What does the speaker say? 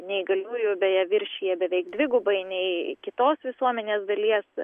neįgaliųjų beje viršija beveik dvigubai nei kitos visuomenės dalies